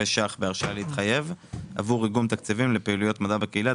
אלפי ₪ בהרשאה להתחייב עבור איגום תקציבים לפעילויות מדע בקהילה,